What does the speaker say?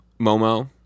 Momo